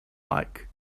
like